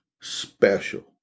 special